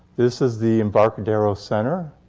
this is the embarcadero center.